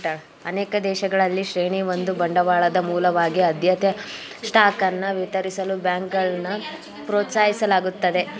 ಅನೇಕ ದೇಶಗಳಲ್ಲಿ ಶ್ರೇಣಿ ಒಂದು ಬಂಡವಾಳದ ಮೂಲವಾಗಿ ಆದ್ಯತೆಯ ಸ್ಟಾಕ್ ಅನ್ನ ವಿತರಿಸಲು ಬ್ಯಾಂಕ್ಗಳನ್ನ ಪ್ರೋತ್ಸಾಹಿಸಲಾಗುತ್ತದೆ